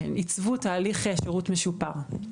עיצבו תהליך שירות משופר.